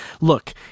look